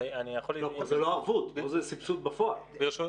זה לא ערבות, פה זה סבסוד בפועל.